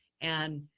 and,